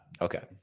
Okay